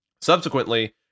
Subsequently